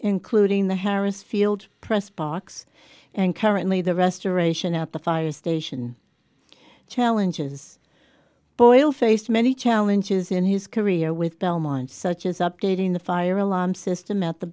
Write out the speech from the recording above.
including the harris field press box and currently the restoration at the fire station challenges boyle faced many challenges in his career with belmont such as updating the fire alarm system at the